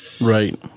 Right